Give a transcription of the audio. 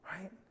Right